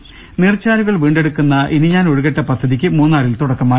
രദേഷ്ടെടു നീർച്ചാലുകൾ വീണ്ടെടുക്കുന്ന ഇനി ഞാൻ ഒഴുകട്ടെ പദ്ധതിക്ക് മൂന്നാ റിൽ തുടക്കമായി